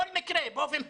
כל מקרה באופן פרטני.